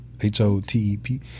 H-O-T-E-P